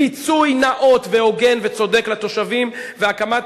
פיצוי נאות והוגן וצודק לתושבים והקמת